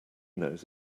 knows